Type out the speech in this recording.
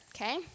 okay